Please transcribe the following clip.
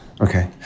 Okay